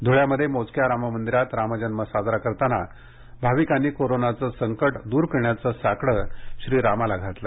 धुळ्यामध्ये मोजक्या राम मंदिरात रामजन्म साजरा करताना भाविकांनी कोरोनाचे संकट दूर करण्याचे साकडे श्रीरामाला घातले